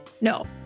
no